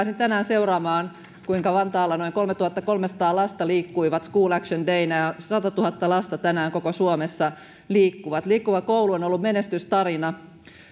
tänään seuraamaan kuinka vantaalla noin kolmetuhattakolmesataa lasta liikkui school action daynä ja satatuhatta lasta tänään koko suomessa liikkui liikkuva koulu on ollut menestystarina